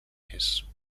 més